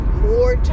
more